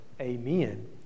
amen